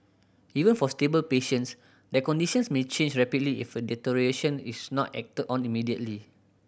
even for stable patients their conditions may change rapidly if a deterioration is not acted on immediately